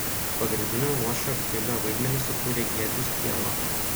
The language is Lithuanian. pagrindinį luošio bilio vaidmenį sukūrė giedrius kiela